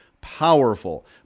powerful